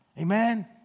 Amen